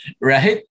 right